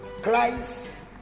Christ